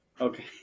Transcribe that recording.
okay